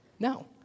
No